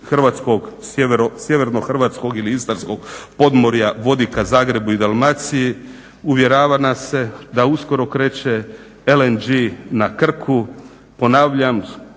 plin iz sjevernohrvatskog ili istarskog podmorja vodi k Zagrebu i Dalmaciji. Uvjerava nas se da uskoro kreće LNG na Krku, ponavljam